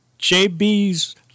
JB's